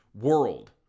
world